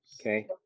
okay